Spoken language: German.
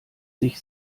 sich